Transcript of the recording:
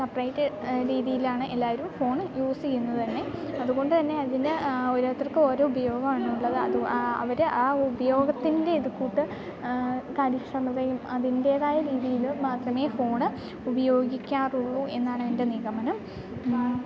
separate രീതിയിലാണ് എല്ലാവരും phone use ചെയ്യുന്നതു തന്നെ അതു കൊണ്ടു തന്നെ അതിന് ഓരോരുത്തർക്ക് ഓരോ ഉപയോഗമാണുള്ളത് അത് അവർ ആ ഉപയോഗത്തിൻ്റെ ഇതു കൂട്ട് കാര്യക്ഷമതയും അതിൻ്റേതായ രീതിയിൽ മാത്രമേ ഫോൺ ഉപയോഗിക്കാറുള്ളൂ എന്നാണ് എൻ്റെ നിഗമനം